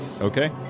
Okay